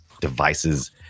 devices